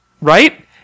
Right